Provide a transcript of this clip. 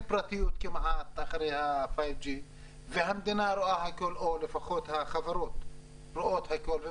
פרטיות אחרי ה-5G והמדינה רואה הכול או לפחות החברות רואות הכול.